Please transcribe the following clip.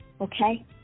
okay